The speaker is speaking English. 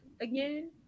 again